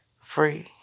free